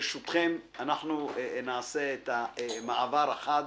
ברשותכם, נעשה את המעבר החד